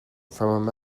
from